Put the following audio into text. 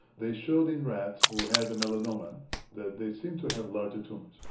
they showed in rats who had the melanoma that they seemed to have larger tumours.